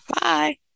Bye